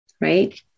right